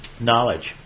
knowledge